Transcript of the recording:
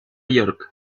york